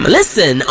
listen